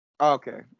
Okay